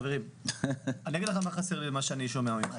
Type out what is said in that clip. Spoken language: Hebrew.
חברים, אני אגיד לך מה חסר לי במה שאני שומע ממך.